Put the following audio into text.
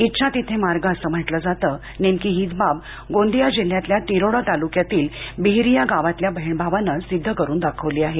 इच्छा तिथे मार्ग असे म्हटले जाते नेमकी हीच बाब गोंदिया जिल्ह्यातील तिरोडा तालुक्यातील बिहिरिया गावातील बहीण भावाने सिद्ध करून दाखविली आहे